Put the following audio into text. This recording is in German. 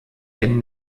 den